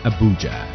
Abuja